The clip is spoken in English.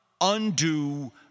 undo